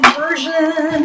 version